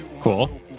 Cool